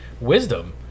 wisdom